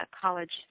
college